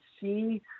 see